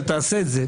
אל תעשה את זה,